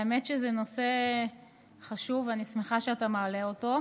האמת שזה נושא חשוב ואני שמחה שאתה מעלה אותו.